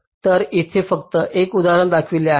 तर इथे फक्त एक उदाहरण दाखवले आहे